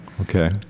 Okay